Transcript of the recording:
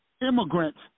immigrants